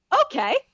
okay